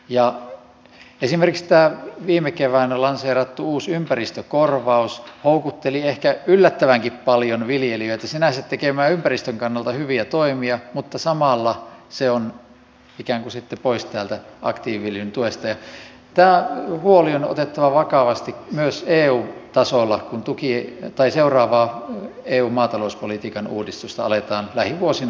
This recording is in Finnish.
esimerkiksi tämä viime keväänä lanseerattu uusi ympäristökorvaus houkutteli ehkä yllättävänkin paljon viljelijöitä tekemään sinänsä ympäristön kannalta hyviä toimia mutta samalla se on ikään kuin sitten pois täältä aktiiviviljelyn tuesta ja tämä huoli on otettava vakavasti myös eu tasolla kun seuraavaa eun maatalouspolitiikan uudistusta aletaan lähivuosina jo valmistella